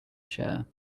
chair